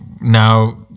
now